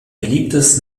beliebtes